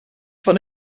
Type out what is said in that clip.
von